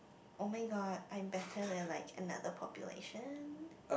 [oh]-my-god I'm better than like another population